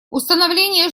установление